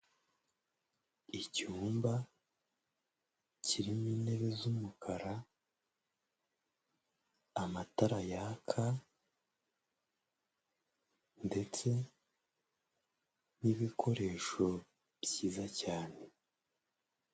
Icyumba kirimo intebe z'umukara, amatara yaka ndetse n'ibikoresho byiza cyane.